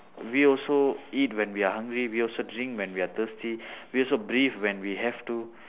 we also eat when we are hungry we also drink when we are thirsty we also breathe when we have to